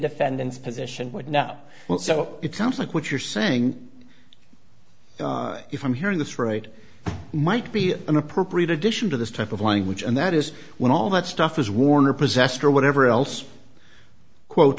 defendant's position would now well so it sounds like what you're saying if i'm hearing this right might be an appropriate addition to this type of language and that is when all that stuff is worn or possessed or whatever else quote